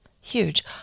huge